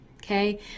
Okay